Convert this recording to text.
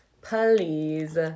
Please